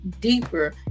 deeper